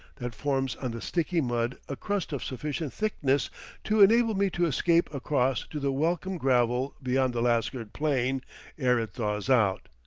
that forms on the sticky mud a crust of sufficient thickness to enable me to escape across to the welcome gravel beyond the lasgird plain ere it thaws out.